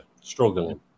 struggling